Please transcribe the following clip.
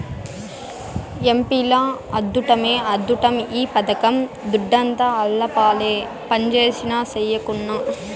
ఎంపీల అద్దుట్టమే అద్దుట్టం ఈ పథకం దుడ్డంతా ఆళ్లపాలే పంజేసినా, సెయ్యకున్నా